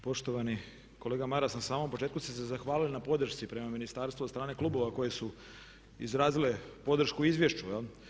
Poštovani kolega Maras, na samom početku ste se zahvalili na podršci prema Ministarstvu od strane klubova koje su izrazile podršku izvješću.